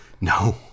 No